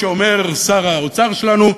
כמו שאומר שר האוצר שלנו,